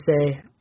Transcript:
say